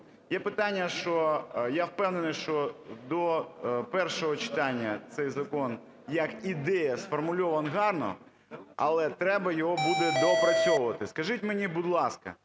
Є питання, я впевнений, що до першого читання цей закон, як ідея, сформульований гарно, але треба його буде доопрацьовувати. Скажіть мені, будь ласка,